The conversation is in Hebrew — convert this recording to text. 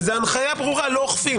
וזאת הנחיה ברורה, לא אוכפים.